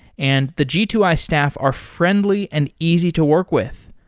and the g two i staff are friendly and easy to work with.